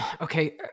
Okay